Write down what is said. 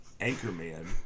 anchorman